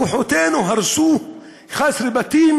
כוחותינו הרסו 11 בתים,